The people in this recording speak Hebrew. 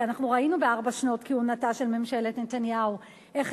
כי אנחנו ראינו בארבע שנות כהונתה של ממשלת נתניהו איך